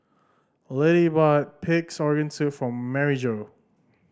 Littie bought Pig's Organ Soup for Maryjo